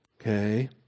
Okay